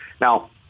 Now